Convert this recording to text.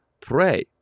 pray